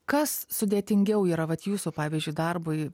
kas sudėtingiau yra vat jūsų pavyzdžiui darbui